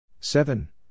Seven